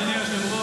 אדוני היושב-ראש,